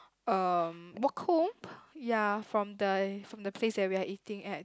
um walk home ya from the from the place we are eating at